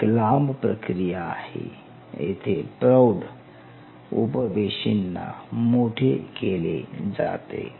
एक लांब प्रक्रिया आहे येथे प्रौढ उप पेशीना मोठे केले जाते